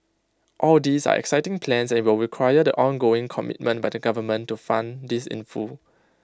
all these are exciting plans and IT will require the ongoing commitment by the government to fund this in full